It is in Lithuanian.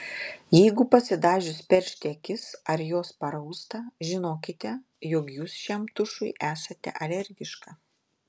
jeigu pasidažius peršti akis ar jos parausta žinokite jog jūs šiam tušui esate alergiška